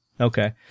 Okay